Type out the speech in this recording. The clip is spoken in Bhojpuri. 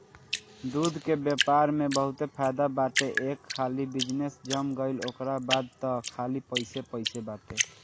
दूध के व्यापार में बहुते फायदा बाटे एक हाली बिजनेस जम गईल ओकरा बाद तअ खाली पइसे पइसे बाटे